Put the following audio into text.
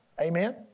Amen